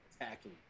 attacking